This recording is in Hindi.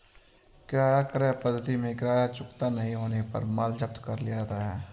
किराया क्रय पद्धति में किराया चुकता नहीं होने पर माल जब्त कर लिया जाता है